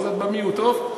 אז את במיעוט, טוב?